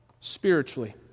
spiritually